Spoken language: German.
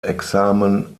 examen